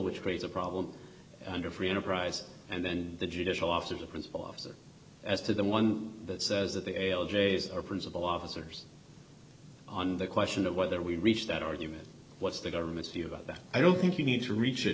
which creates a problem under free enterprise and then the judicial office of the principal officer as to the one that says that they all js are principal officers on the question of whether we reach that argument what's the government's view about that i don't think you need to reach it